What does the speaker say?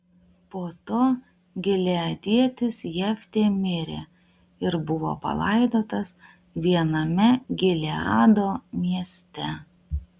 po to gileadietis jeftė mirė ir buvo palaidotas viename gileado mieste